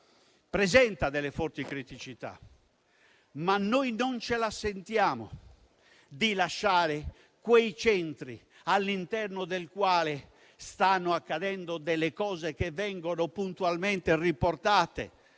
presenta delle forti criticità, ma noi non ce la sentiamo di lasciare quei centri all'interno dei quali stanno accadendo fatti che vengono puntualmente riportati